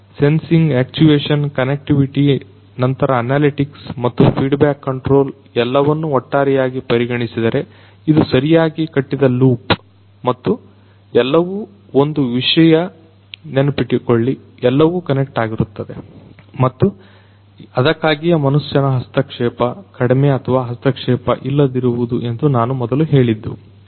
ಆದ್ದರಿಂದ sensing actuation connectivity ನಂತರ analytics ಮತ್ತು ಫೀಡ್ಬ್ಯಾಕ್ ಕಂಟ್ರೋಲ್ ಎಲ್ಲವನ್ನು ಒಟ್ಟಾರೆಯಾಗಿ ಪರಿಗಣಿಸಿದರೆ ಇದು ಸರಿಯಾಗಿ ಕಟ್ಟಿದ ಲೂಪ್ ಮತ್ತು ಎಲ್ಲವೂ ಒಂದು ವಿಷಯ ನೆನಪಿಟ್ಟುಕೊಳ್ಳಿ ಎಲ್ಲವೂ ಕನೆಕ್ಟ್ ಆಗಿರುತ್ತವೆ ಮತ್ತು ಅದಕ್ಕಾಗಿಯೇ ಮನುಷ್ಯನ ಹಸ್ತಕ್ಷೇಪ ಕಡಿಮೆ ಅಥವಾ ಮನುಷ್ಯನ ಹಸ್ತಕ್ಷೇಪ ಇಲ್ಲದಿರಬೇಕು ಎಂದು ನಾನು ಮೊದಲು ಹೇಳಿದ್ದು